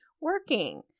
working